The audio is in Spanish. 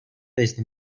desde